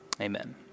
Amen